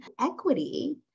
Equity